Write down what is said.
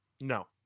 No